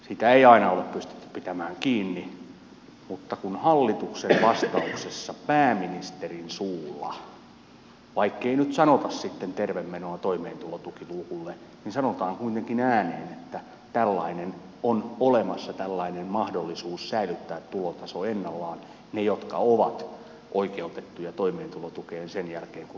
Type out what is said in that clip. siitä ei aina ole pystytty pitämään kiinni mutta nyt hallituksen vastauksessa pääministerin suulla vaikkei nyt sanota sitten tervemenoa toimeentulotukiluukulle sanotaan kuitenkin ääneen että tällainen mahdollisuus säilyttää tulotaso ennallaan on olemassa niillä jotka ovat oikeutettuja toimeentulotukeen sen jälkeen kun lapsilisiä on leikattu